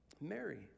Mary